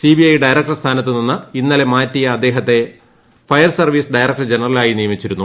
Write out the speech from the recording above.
CBI director സ്ഥാനത്ത് നിന്നും ഇന്നലെ മാറ്റിയ അദ്ദേഹത്തെ ഫയർ സർവ്വീസ് ഡയറക്ടർ ജനറലായി നിയമിച്ചിരുന്നു